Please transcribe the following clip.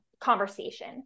conversation